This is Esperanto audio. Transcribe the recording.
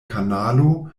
kanalo